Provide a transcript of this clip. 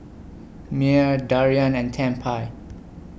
Myer Darian and Tempie